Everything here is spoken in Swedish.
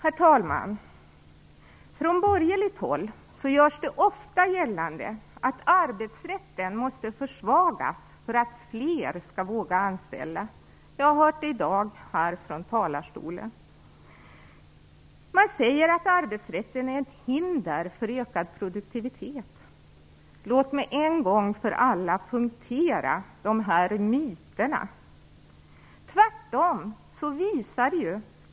Herr talman! Från borgerligt håll görs det ofta gällande att arbetsrätten måste försvagas för att fler skall våga anställa. Det har jag hört här i dag från talarstolen. Man säger att arbetsrätten är ett hinder för ökad produktivitet. Låt mig en gång för alla punktera de myterna.